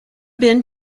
been